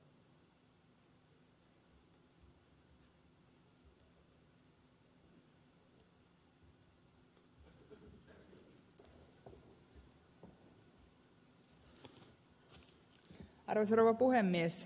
arvoisa rouva puhemies